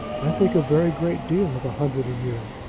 i think a very great deal of a hundred a year.